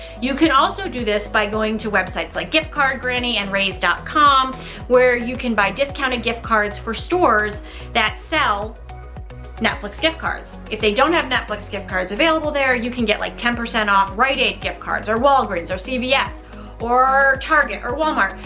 you can also do this by going to websites like gift card granny and raise dot com where you can buy discounted gift cards for stores that sell netflix gift cards. if they don't have netflix gift cards available there, you can get like ten percent off rite aid gift cards or walgreens or cvs yeah or target or walmart,